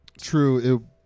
True